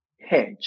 hedge